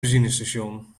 benzinestation